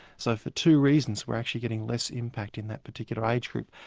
so for two reasons we're actually getting less impact in that particular age group.